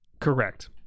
correct